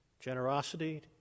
Generosity